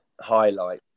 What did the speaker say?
highlight